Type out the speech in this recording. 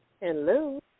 Hello